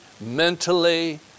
mentally